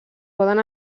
poden